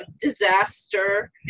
Disaster